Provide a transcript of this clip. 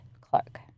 Clark